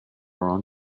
around